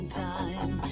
time